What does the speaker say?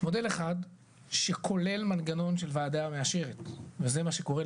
מודל אחד שכולל מנגנון של וועדה מאשרת וזה מה שקורה,